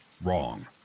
wrong